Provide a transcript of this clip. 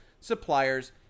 suppliers